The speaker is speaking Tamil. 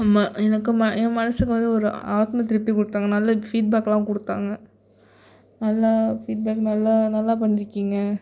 நம்ம எனக்கும் ம என் மனதுக்கு வந்து ஒரு ஆத்ம திருப்தி கொடுத்தாங்க நல்ல ஃபீட்பேக்லாம் கொடுத்தாங்க நல்லா ஃபீட்பேக் நல்லா நல்லா பண்ணியிருக்கீங்க